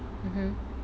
mmhmm